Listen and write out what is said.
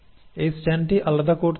এই স্ট্র্যান্ডটি আলাদা করতে হবে